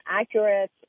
accurate